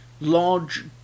large